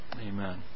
Amen